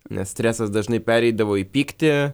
nes stresas dažnai pereidavo į pyktį